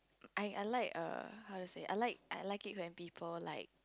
I I like err how to say I like I like it when people like